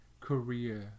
Korea